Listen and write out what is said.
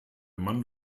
mann